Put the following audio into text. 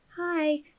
Hi